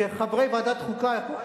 שחברי ועדת חוקה ילכו,